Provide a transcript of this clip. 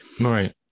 Right